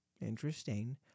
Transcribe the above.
interesting